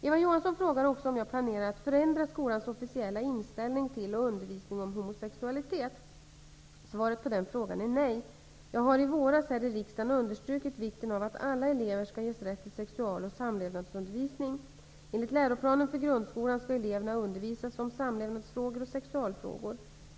Eva Johansson frågar också om jag planerar förändra skolans officiella inställning till och undervisning om homosexualitet. Svaret på den frågan är nej. Jag har i våras här i riksdagen understrukit vikten av att alla elever skall ha rätt till sexual och samlevnadsundervisning. Enligt läroplanen för grundskolan skall eleverna undervisas om samlevnadsfrågor och sexualfrågor.